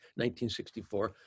1964